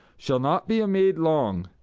shall not be a maid long,